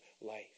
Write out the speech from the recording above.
life